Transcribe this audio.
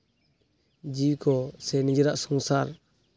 ᱡᱤᱣᱤ ᱠᱚ ᱥᱮ ᱱᱤᱡᱮᱨᱟᱜ ᱥᱚᱝᱥᱟᱨ